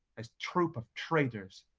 a troop of traitors,